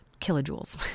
kilojoules